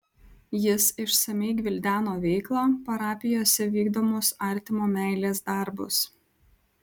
jis išsamiai gvildeno veiklą parapijose vykdomus artimo meilės darbus